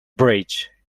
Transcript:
bridge